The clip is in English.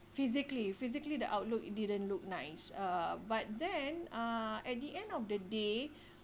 physically physically the outlook it didn't look nice uh but then uh at the end of the day